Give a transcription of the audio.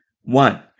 One